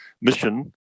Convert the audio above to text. mission